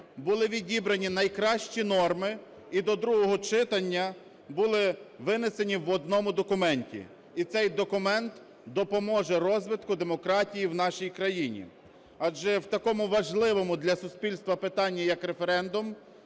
були відібрані найкращі норми і до другого читання були винесені в одному документі. І цей документ допоможе розвитку демократії в нашій країні. Адже в такому важливому для суспільства питанні як референдум,